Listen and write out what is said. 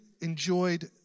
enjoyed